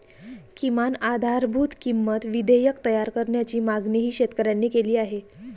किमान आधारभूत किंमत विधेयक तयार करण्याची मागणीही शेतकऱ्यांनी केली आहे